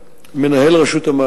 ראשית,